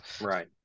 right